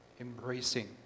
embracing